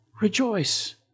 Rejoice